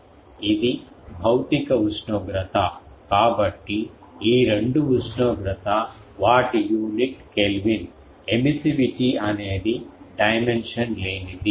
ఇది భౌతిక ఉష్ణోగ్రత కాబట్టి ఈ రెండు ఉష్ణోగ్రత వాటి యూనిట్ కెల్విన్ ఏమిసివిటి అనేది డైమెన్షన్ లేనిది